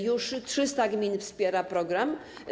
Już 300 gmin wspiera ten program.